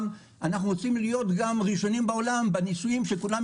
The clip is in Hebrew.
אנחנו רוצים להיות גם ראשונים בעולם בניסויים שכולם